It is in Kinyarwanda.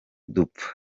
dupfa